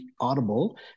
Audible